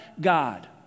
God